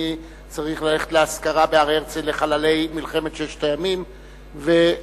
אני צריך ללכת לאזכרה לחללי מלחמת ששת הימים בהר-הרצל.